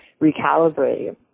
recalibrate